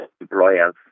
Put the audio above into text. employers